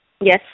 Yes